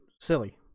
silly